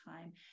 time